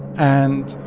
and.